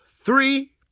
three